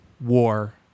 war